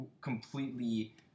completely